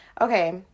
Okay